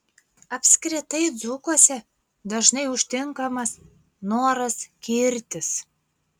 apskritai dzūkuose dažnai užtinkamas noras girtis